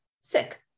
sick